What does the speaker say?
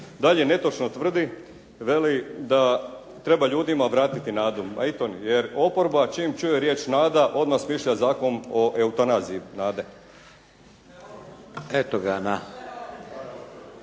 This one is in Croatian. Dalje netočno tvrdi, veli da treba ljudima vratiti nadu. Ma i to jer oporba čim čuje riječ nada, odmah smišlja Zakon o eutanaziji,